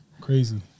Crazy